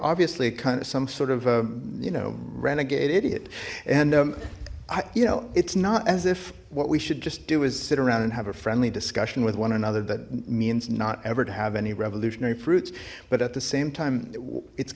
obviously kind of some sort of a you know renegade idiot and i you know it's not as if what we should just do is sit around and have a friendly discussion with one another that means not ever to have any revolutionary fruits but at the same time it's